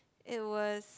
it was